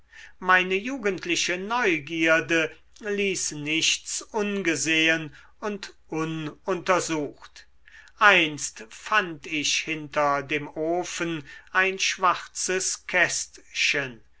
meine jugendliche neugierde ließ nichts ungesehen und ununtersucht einst fand ich hinter dem ofen ein schwarzes kästchen